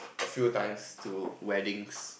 a few times to weddings